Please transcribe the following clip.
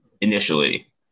initially